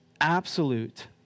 absolute